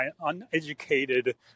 uneducated